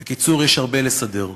בקיצור, יש הרבה לסדר.